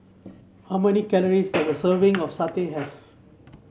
how many calories does a serving of satay have